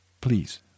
please